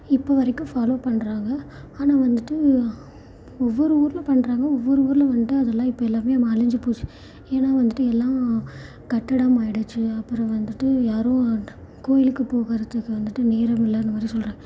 இப்போ வரைக்கும் ஃபாலோ பண்ணுறாங்க ஆனால் வந்துட்டு ஒவ்வொரு ஊரில் பண்ணுறாங்க ஒவ்வொரு ஊரில் வந்துட்டு அதெல்லாம் இப்போ எல்லாமே அழிஞ்சு போச்சு ஏன்னா வந்துவிட்டு எல்லாம் கட்டிடம் ஆயிடுச்சு அப்புறம் வந்துவிட்டு யாரும் கோயிலுக்கு போகறதுக்கு வந்துவிட்டு நேரமில்லை அந்தமாதிரி சொல்லுறாங்க